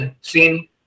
seen